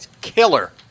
killer